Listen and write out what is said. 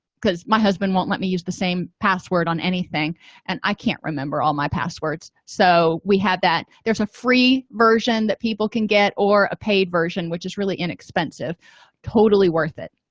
because my husband won't let me use the same password on anything and i can't remember all my passwords so we had that there's a free version that people can get or a paid version which is really inexpensive totally worth it